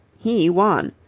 he won.